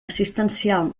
assistencial